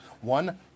one